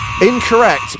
Incorrect